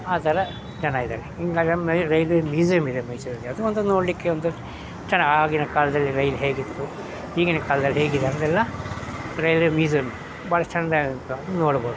ಆ ಥರ ಜನ ಇದ್ದಾರೆ ಇನ್ನೂ ನಮ್ಮಲ್ಲಿ ರೈಲ್ವೆ ಮ್ಯೂಸಿಯಮ್ ಇದೆ ಮೈಸೂರಲ್ಲಿ ಅದು ಒಂದು ನೋಡಲಿಕ್ಕೆ ಒಂದು ಚೆನ್ನ ಆಗಿನ ಕಾಲದಲ್ಲಿ ರೈಲು ಹೇಗಿತ್ತು ಈಗಿನ ಕಾಲ್ದಲ್ಲಿ ಹೇಗಿದೆ ಅದೆಲ್ಲ ರೈಲ್ವೇ ಮೀಸಿಯಮ್ ಭಾಳ ಚೆಂದ ಆಗುತ್ತೆ ಅದು ನೋಡ್ಬೋದು